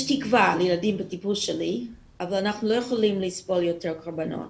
יש תקווה לילדים בטיפול שלי אבל אנחנו לא יכולים לסבול יותר קורבנות